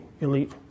elite